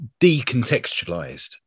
decontextualized